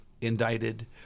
indicted